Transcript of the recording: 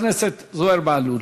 חבר הכנסת זוהיר בהלול.